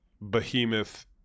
behemoth